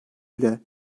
ile